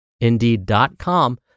Indeed.com